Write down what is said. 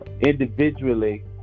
individually